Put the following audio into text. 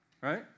right